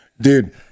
dude